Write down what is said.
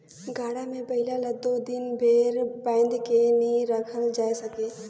गाड़ा मे बइला ल दो दिन भेर फाएद के नी रखल जाए सके